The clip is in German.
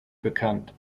bekannt